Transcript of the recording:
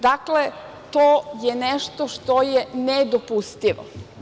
Dakle, to je nešto što je nedopustivo.